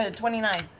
ah twenty nine.